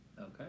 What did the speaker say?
Okay